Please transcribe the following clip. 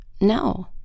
No